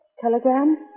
Telegram